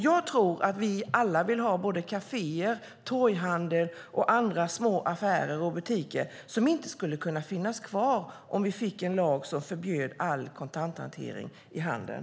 Jag tror att vi alla vill ha kaféer, torghandel och andra små affärer och butiker som inte skulle kunna finnas kvar om vi fick en lag som förbjöd all kontanthantering i handeln.